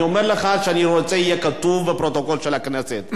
אני אומר לך שאני רוצה שיהיה כתוב בפרוטוקול של הכנסת,